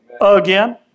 again